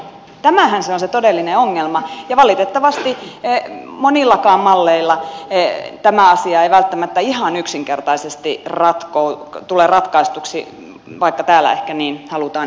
tämähän se on se todellinen ongelma ja valitettavasti monillakaan malleilla tämä asia ei välttämättä ihan yksinkertaisesti tule ratkaistuksi vaikka täällä ehkä niin halutaan esittää